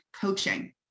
coaching